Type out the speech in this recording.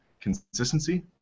consistency